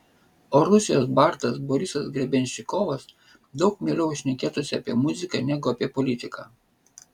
o rusijos bardas borisas grebenščikovas daug mieliau šnekėtųsi apie muziką negu apie politiką